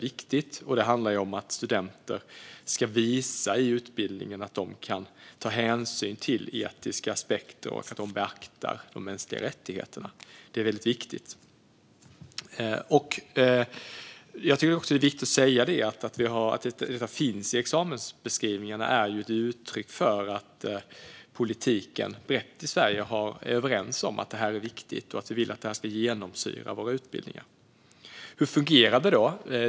Det handlar om att studenter under utbildningen ska visa att de kan ta hänsyn till etiska aspekter och att de beaktar de mänskliga rättigheterna. Detta är väldigt viktigt. Just att detta finns med i examensbeskrivningarna är ett uttryck för att politiken brett i Sverige är överens om att detta är viktigt och att vi vill att det ska genomsyra våra utbildningar. Hur fungerar det då?